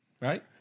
Right